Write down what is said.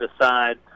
decide